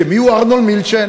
כי מי הוא ארנון מילצ'ן?